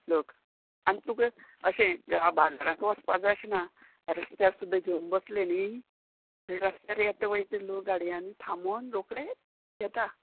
लोक आनी तुका अशें बाजाराक वचपा जाय अशें ना रस्त्यार सुद्दां घेवन बसलें न्ही रस्त्यार येता वयतलो लोक गाडयांनी थामोन रोकडे घेता